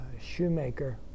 Shoemaker